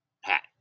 hat